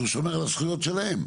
אז הוא שומר על הזכויות שלהם.